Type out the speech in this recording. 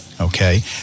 Okay